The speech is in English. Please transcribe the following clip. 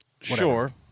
Sure